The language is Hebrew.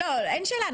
אין שאלה.